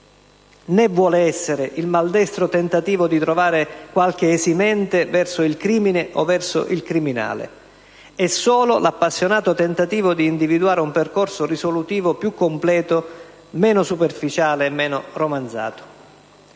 né vuole essere, il maldestro tentativo di trovare qualche esimente verso il crimine o verso il criminale; è solo l'appassionato tentativo di individuare un percorso risolutivo più completo, meno superficiale e meno romanzato.